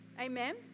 Amen